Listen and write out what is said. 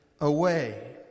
away